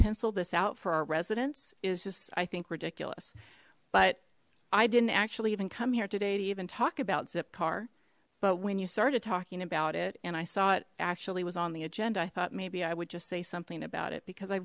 pencil this out for our residents is just i think ridiculous but i didn't actually even come here today to even talk about zipcar but when you started talking about it and i saw it actually was on the agenda i thought maybe i would just say something about it because i